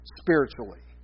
spiritually